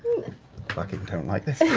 fucking don't like this